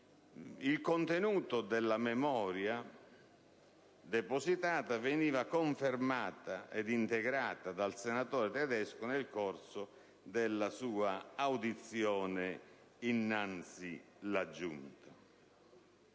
Il contenuto della memoria depositata veniva confermato ed integrato dal senatore Tedesco nel corso della sua audizione innanzi alla Giunta.